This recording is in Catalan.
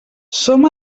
som